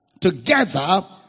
Together